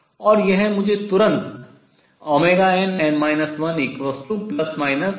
और यह मुझे तुरंत nn 1±0 देता है